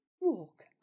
walk